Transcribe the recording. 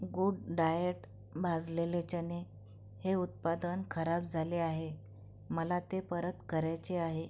good diet भाजलेले चणे हे उत्पादन खराब झाले आहे मला ते परत करायचे आहे